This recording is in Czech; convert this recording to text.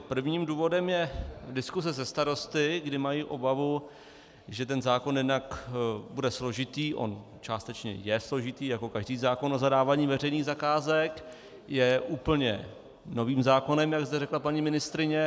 Prvním důvodem je diskuse se starosty, kdy mají obavu, že zákon bude jednak složitý, on částečně je složitý, jako každý zákon o zadávání veřejných zakázek, je úplně novým zákonem, jak zde řekla paní ministryně.